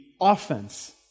offense